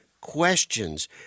questions